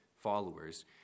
followers